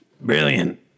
brilliant